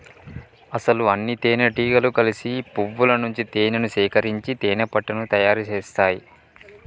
అసలు అన్నితేనెటీగలు కలిసి పువ్వుల నుంచి తేనేను సేకరించి తేనెపట్టుని తయారు సేస్తాయి